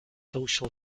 social